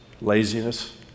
laziness